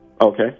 Okay